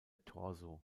torso